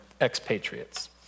expatriates